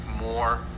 more